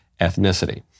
ethnicity